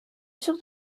sur